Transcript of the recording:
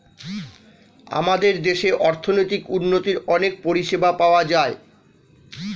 আমাদের দেশে অর্থনৈতিক উন্নতির অনেক পরিষেবা পাওয়া যায়